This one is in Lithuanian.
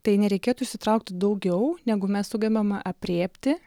tai nereikėtų išsitraukti daugiau negu mes sugebame aprėpti